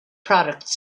products